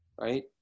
Right